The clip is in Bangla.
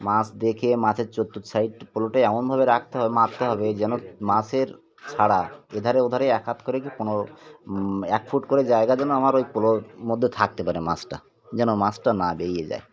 মাছ দেখে মাছের চতুরর্ সাইড পোলোটা এমনভাবে রাখতে হবে মারতে হবে যেন মাছের ছাড়া এধারে ওধারে এক হাত করে কি কোনো এক ফুট করে জায়গা যেন আমার ওই পোলোর মধ্যে থাকতে পারে মাছটা যেন মাছটা না বেরিয়ে যায়